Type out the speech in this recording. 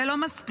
זה לא מספיק.